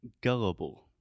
gullible